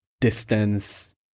distance